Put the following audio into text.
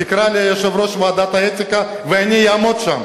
תקרא ליושב-ראש ועדת האתיקה ואני אעמוד שם.